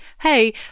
hey